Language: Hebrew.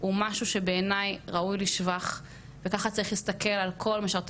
הוא משהו שבעיניי ראוי לשבח וככה צריך להסתכל על כל משרתי